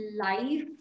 life